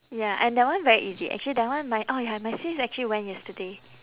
ya and that one very easy actually that one my oh ya my sis actually went yesterday